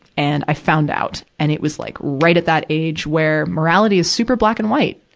and, i found out, and it was, like, right at that age where morality is super black and white.